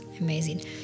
Amazing